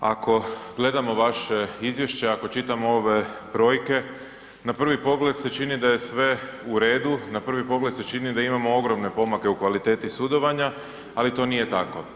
Ako gledamo vaše izvješće, ako čitamo ove brojke na prvi pogled se čini da je sve u redu, na prvi pogled se čini da imamo ogromne pomake u kvaliteti sudovanja, ali to nije tako.